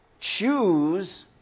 choose